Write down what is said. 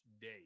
day